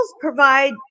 provide